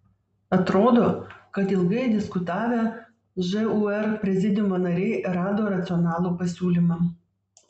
atrodo kad ilgai diskutavę žūr prezidiumo nariai rado racionalų pasiūlymą